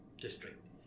district